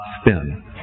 spin